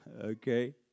Okay